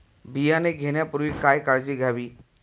बियाणे घेण्यापूर्वी काय काळजी घ्यावी?